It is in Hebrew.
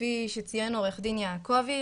כפי שציין עורך דין יעקבי,